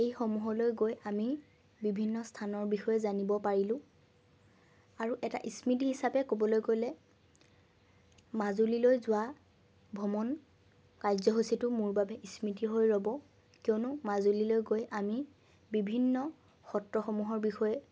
এইসমূহলৈ গৈ আমি বিভিন্ন স্থানৰ বিষয়ে জানিব পাৰিলোঁ আৰু এটা স্মৃতি হিচাপে ক'বলৈ গ'লে মাজুলীলৈ যোৱা ভ্ৰমণ কাৰ্যসূচীটো মোৰ বাবে স্মৃতি হৈ ৰ'ব কিয়নো মাজুলিলৈ গৈ আমি বিভিন্ন সত্ৰসমূহৰ বিষয়ে